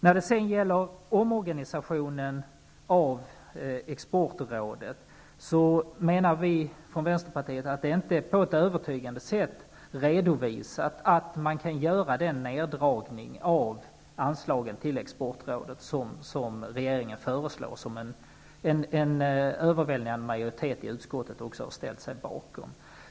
När det sedan gäller omorganisationen av exportrådet menar vi från Vänsterpartiet att det inte på ett övertygande sätt redovisats att man kan göra den neddragning av anslaget till exportrådet som regeringen föreslår och som en överväldigande majoritet i utskottet har ställt sig bakom.